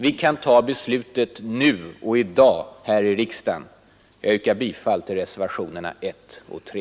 Vi kan ta beslutet nu i dag här i riksdagen. Jag yrkar bifall till reservationerna 1 och 3.